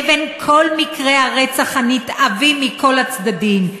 לבין כל מקרי הרצח הנתעבים מכל הצדדים,